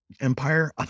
empire